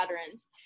veterans